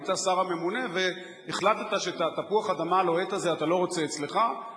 היית השר הממונה והחלטת שאת תפוח האדמה הלוהט הזה אתה לא רוצה אצלך,